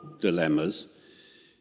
dilemmas